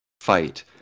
fight